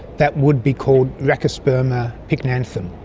that would be called racosperma pycnanthum,